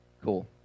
Cool